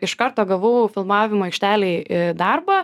iš karto gavau filmavimo aikštelėj darbą